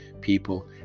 people